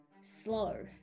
slow